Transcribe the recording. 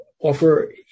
offer